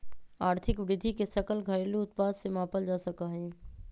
आर्थिक वृद्धि के सकल घरेलू उत्पाद से मापल जा सका हई